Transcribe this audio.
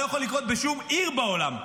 זה לא יכול לקרות בשום עיר בעולם,